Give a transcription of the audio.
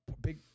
big